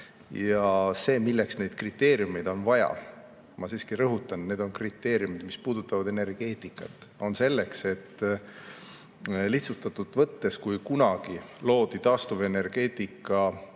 Ja milleks neid kriteeriume on vaja – ma siiski rõhutan, et need on kriteeriumid, mis puudutavad energeetikat –, on selleks, et lihtsustatult võttes, kui kunagi loodi taastuvenergeetika